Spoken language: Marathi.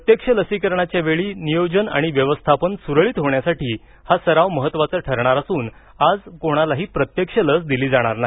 प्रत्यक्ष लसीकरणाच्या वेळी नियोजन आणि व्यवस्थापन सुरळीत होण्यासाठी हा सराव महत्त्वाचा ठरणार असुन आज कोणालाही प्रत्यक्ष लस दिली जाणार नाही